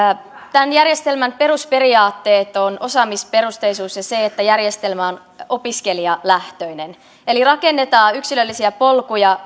tämän järjestelmän perusperiaatteet ovat osaamisperusteisuus ja se että järjestelmä on opiskelijalähtöinen eli rakennetaan yksilöllisiä polkuja